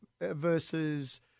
versus